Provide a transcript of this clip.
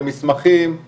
במסמכים,